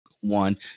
one